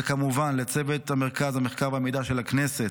וכמובן, לצוות המחקר והמידע של הכנסת: